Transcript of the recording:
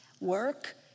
work